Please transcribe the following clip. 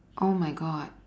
oh my god